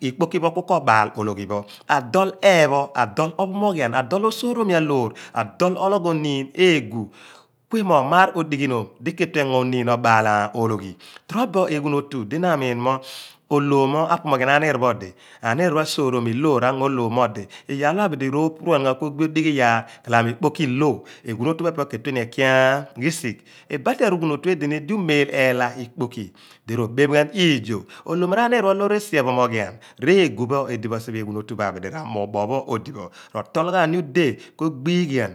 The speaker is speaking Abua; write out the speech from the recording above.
Ikpoki pho ku ko obaal ologhi pho. Adool epho adool ophomoghian adool osuromi aloor adool oloogh oniin eeghu kuiimoogh maar odighi noom diketue engo oniin obaal oloaghi. Trobo eghuun otu di na amiin mo oloomo apohoghian aniir pho odi aniir pho a suremiloor ango oloom mo odi iyaal pho abidi ropuruanghan kogbi odighi iyaar kalamo ikpoki ilno eghuun otu pho epe pho ketue ni eki risigh. Ibadi badi arughoon otu edi ni di umiin eela ikpoki robeeph ghan riixoh ooloomo ra niir pho loor esi epho moghian reeghu pho edi bo siphe eeghuun otu pho abidi ramuubuupho odi bo siphe igbo pho abidi rotool ghan ni udeh duleh ka ogbighian